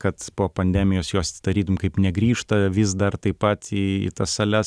kad po pandemijos jos tarytum kaip negrįžta vis dar taip pat į tas sales